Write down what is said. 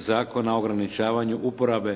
Zakona o ograničavanju uporabe